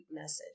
message